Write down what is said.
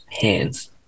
hands